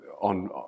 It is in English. on